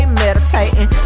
meditating